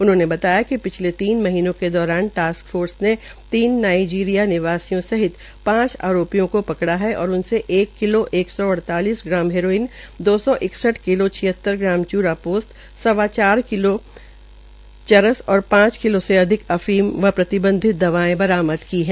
उन्होंने कहा कि पिछले तीन महीनों के दौरान टास्क् फोर्स ने तीन नाइजीरिया निवासियों सहित पांच आरोपियों को पकड़ा है और उनके एक किलो एक सौ अड़लालिस ग्राम हेरोइन दो सौ इकसठ किलो छियतर ग्राम चूरा पोस्त सवा चार किलो चरस और पांच किलो से अधिक अफीम व प्रतिबंधित दवाये बरामद की है